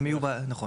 נכון.